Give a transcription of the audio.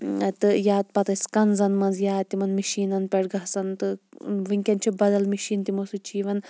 تہٕ یا پَتہٕ ٲسۍ کَنزَن مَنٛزٕ یا تِمَن مِشیٖنن پیٹھ گَژھان تہٕ وٕنکٮ۪ن چھ بَدَل مِشیٖن تِمو سۭتۍ چھِ یِوَان